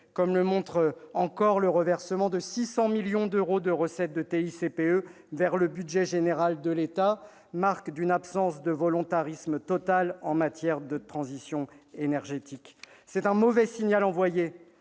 comme le montre encore le reversement de 600 millions d'euros de recettes de TICPE vers le budget général de l'État, marque d'une absence de volontarisme total en matière de transition énergétique. C'est un mauvais signal envoyé,